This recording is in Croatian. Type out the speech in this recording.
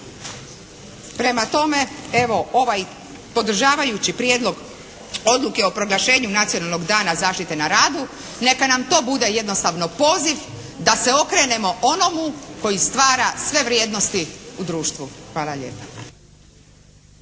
Prema tome, evo ovaj podržavajući Prijedlog odluke o proglašenju "Nacionalnog dana zaštite na radu" neka nam to bude jednostavno poziv da se okrenemo onomu koji stvara sve vrijednosti u društvu. Hvala lijepa.